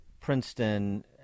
Princeton